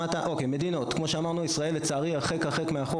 זו הזדמנות לדבר על דברים חיוביים ושליליים.